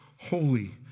holy